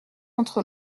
entre